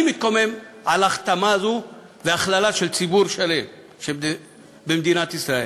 אני מתקומם על ההכתמה הזו וההכללה של ציבור שלם במדינת ישראל.